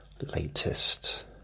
Latest